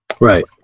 Right